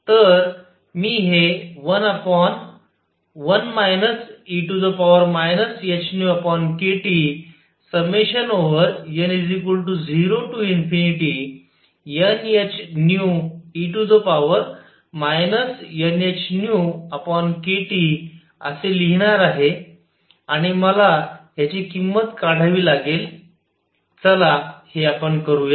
तर मी हे11 e hνkTn0nhνe nhνkT असे लिहिणार आहे आणि मला ह्याची किंमत काढावी लागेल चला हे आपण करूया